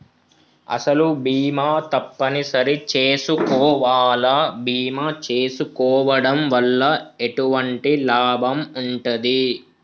అసలు బీమా తప్పని సరి చేసుకోవాలా? బీమా చేసుకోవడం వల్ల ఎటువంటి లాభం ఉంటది?